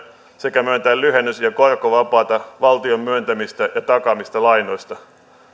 sekä myöntää lyhennys ja korkovapaata valtion myöntämistä ja takaamista lainoista